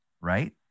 Right